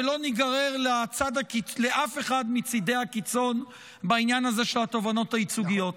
ולא ניגרר לאף אחד מצידי הקיצון בעניין של התובענות הייצוגיות.